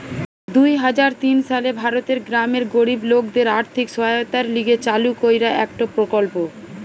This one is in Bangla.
দুই হাজার তিন সালে ভারতের গ্রামের গরিব লোকদের আর্থিক সহায়তার লিগে চালু কইরা একটো প্রকল্প